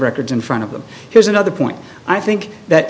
records in front of them here's another point i think that